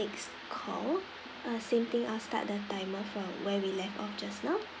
next call uh same thing I'll start the timer from where we left off just now